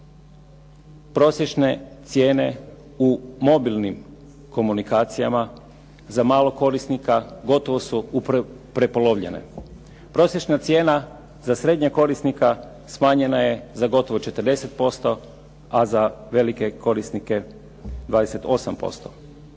prosječne cijene u mobilnim komunikacijama za malog korisnika gotovo su prepolovljene. Prosječna cijena za srednjeg korisnika smanjena je za gotovo 40%, a za velike korisnike 28%.